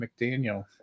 McDaniel